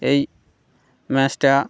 এই ম্যাচটা